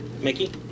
Mickey